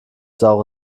saure